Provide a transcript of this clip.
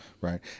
Right